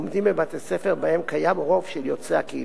בבתי-ספר שבהם קיים רוב של יוצאי הקהילה,